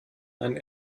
einen